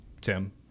Tim